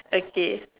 okay